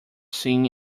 seeing